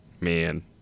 Man